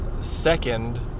second